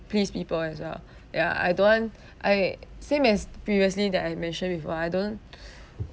please people as well ya I don't want I same as previously that I mentioned before I don't